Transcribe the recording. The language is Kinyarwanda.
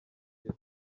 gihe